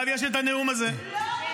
לא ניתן לך להגיד שקרים.